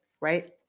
right